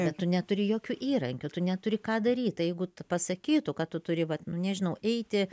bet tu neturi jokių įrankių tu neturi ką daryt tai jeigu pasakytų ką tu turi vat nu nežinau eiti